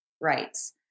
rights